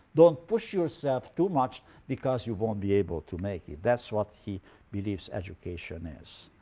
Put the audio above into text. don't push yourself too much because you won't be able to make it. that's what he believes education is.